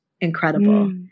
incredible